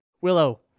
Willow